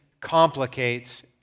complicates